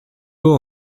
haut